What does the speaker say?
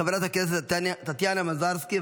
חברת הכנסת טטיאנה מזרסקי,